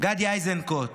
גדי איזנקוט,